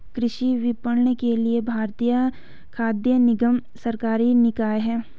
कृषि विपणन के लिए भारतीय खाद्य निगम सरकारी निकाय है